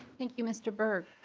thank you mr. berg.